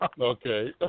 Okay